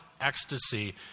ecstasy